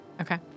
Okay